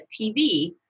TV